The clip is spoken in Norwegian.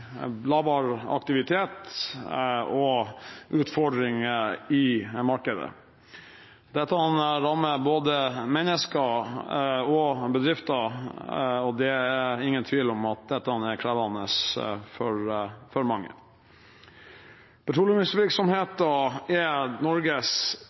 lavere aktivitet og utfordringer i markedet. Dette rammer både mennesker og bedrifter, og det er ingen tvil om at dette er krevende for mange. Petroleumsvirksomheten er Norges